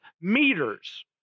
meters